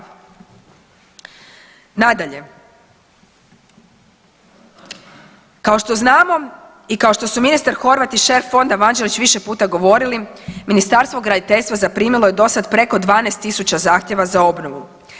Nadalje, kao što znamo i kao što su ministar Horvat i šef fonda Vanđelić više puta govorili, Ministarstvo graditeljstva zaprimilo je dosad preko 12.000 zahtjeva za obnovu.